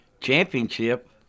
championship